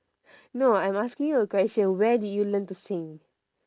no I'm asking you a question where did you learn to sing